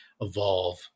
evolve